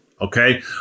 okay